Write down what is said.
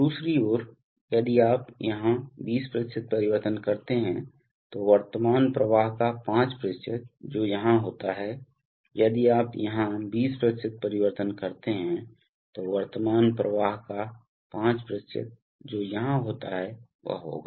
दूसरी ओर यदि आप यहां 20 परिवर्तन करते हैं तो वर्तमान प्रवाह का 5 जो यहां होता है यदि आप यहां 20 परिवर्तन करते हैं तो वर्तमान प्रवाह का 5 जो यहां होता है वह होगा